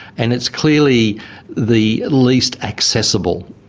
and it's clearly the least accessible.